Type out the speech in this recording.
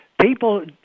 people